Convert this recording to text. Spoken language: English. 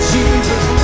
Jesus